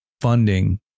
Funding